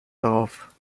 darauf